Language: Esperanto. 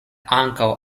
ankaŭ